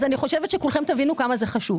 אני חושבת שכולכם תבינו כמה זה חשוב.